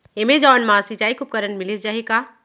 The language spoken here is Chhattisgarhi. एमेजॉन मा सिंचाई के उपकरण मिलिस जाही का?